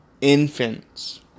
Infants